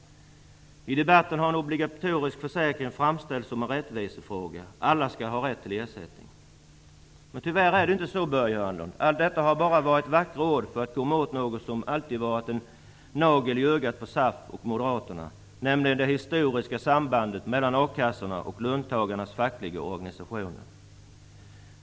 I debatten har en obligatorisk försäkring framställts som en rättvisefråga: alla skall ha rätt till ersättning. Tyvärr är det inte så. Allt detta har bara varit vackra ord, för att komma åt något som alltid varit en nagel i ögat på SAF och Moderaterna, nämligen det historiska sambandet mellan a-kassorna och löntagarnas fackliga organisationer.